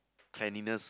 cleanliness